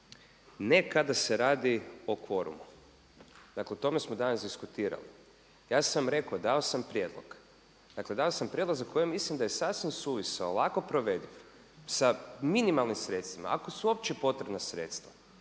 ne kada se radi o kvorumu, dakle o tome smo danas diskutirali, ja sam rekao, dao sam prijedlog, dakle dao sam prijedlog za kojeg mislim da je sasvim suvisao, lako provediv, sa minimalnim sredstvima ako su opće potrebna sredstva